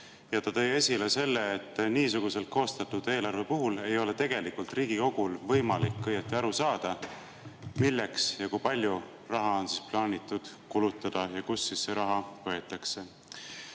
Ta tõi esile selle, et niisuguselt koostatud eelarve puhul ei ole tegelikult Riigikogul võimalik aru saada, milleks ja kui palju raha on plaanitud kulutada ja kust see raha võetakse.